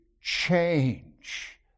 change